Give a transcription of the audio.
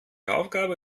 aufgabe